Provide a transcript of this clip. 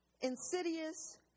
insidious